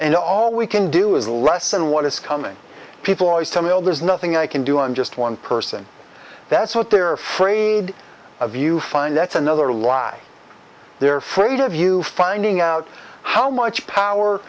and all we can do is less than what is coming people are some ill there's nothing i can do i'm just one person that's what they're afraid of you find that's another lie they're fraid of you finding out how much power